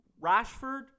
Rashford